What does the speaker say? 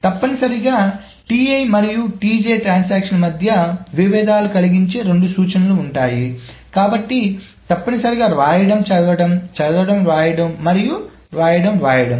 తప్పనిసరిగా మరియు ట్రాన్సాక్షన్ల మధ్య విభేదాలు కలిగించే రెండు సూచనలు ఉంటాయి కాబట్టి తప్పనిసరిగా వ్రాయడం చదవడం చదవడం వ్రాయడం మరియు వ్రాయడం వ్రాయడం